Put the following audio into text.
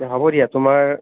হ'ব দিয়া তোমাৰ